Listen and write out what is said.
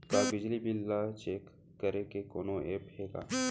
का बिजली बिल ल चेक करे के कोनो ऐप्प हे का?